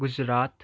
Gujarat